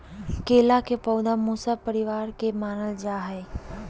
केला के पौधा मूसा परिवार के मानल जा हई